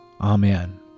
Amen